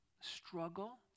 struggle